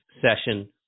session